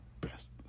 best